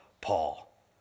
Paul